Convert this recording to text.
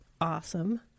awesome